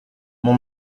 mon